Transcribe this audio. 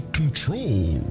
control